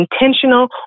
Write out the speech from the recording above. intentional